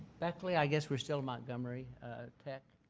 beckley? i guess we're still in montgomery tech.